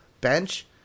bench